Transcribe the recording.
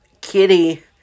Kitty